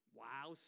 wow